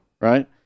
right